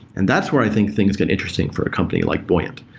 and that's where i think things get interesting for a company like buoyant.